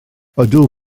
ydw